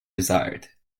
desired